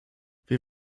wir